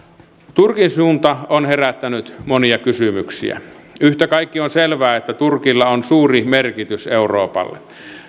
turkin suunta on herättänyt monia kysymyksiä yhtä kaikki on selvää että turkilla on suuri merkitys euroopalle